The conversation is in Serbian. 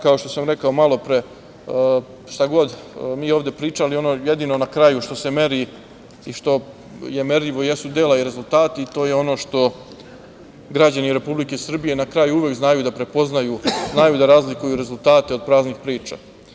Kao što sam rekao malopre, šta god mi ovde pričali, ono jedino na kraju što se meri i što je merljivo jesu dela i rezultati i to je ono što građani Republike Srbije na kraju uvek znaju da prepoznaju, znaju da razlikuju rezultate od praznih priča.